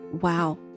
Wow